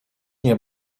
nie